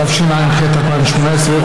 התשע"ח 2018,